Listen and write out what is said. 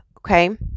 Okay